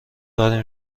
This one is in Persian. داریم